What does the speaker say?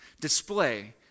display